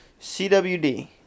CWD